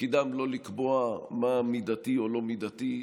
תפקידם לא לקבוע מה מידתי או לא מידתי,